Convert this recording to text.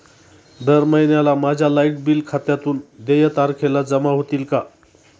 दर महिन्याला माझ्या लाइट बिल खात्यातून देय तारखेला जमा होतील का?